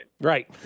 Right